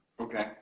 Okay